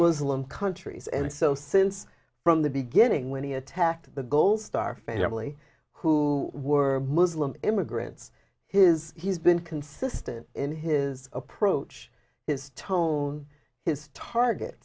muslim countries and so since from the beginning when he attacked the gold star family who were muslim immigrants his he's been consistent in his approach his tone his target